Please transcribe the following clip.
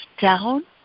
down